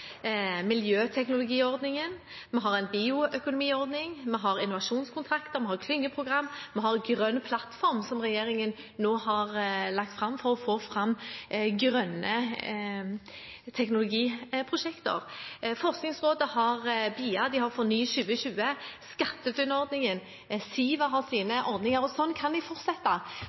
miljøteknologiordningen. Vi har en bioøkonomiordning, vi har innovasjonskontrakter, vi har klyngeprogram. Vi har Grønn plattform, som regjeringen nå har lagt fram for å få fram grønne teknologiprosjekter. Forskningsrådet har BIA, de har FORNY2020 og SkatteFUNN-ordningen. Siva har sine ordninger. Sånn kan jeg fortsette.